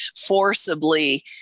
forcibly